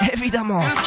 Evidently